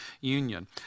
union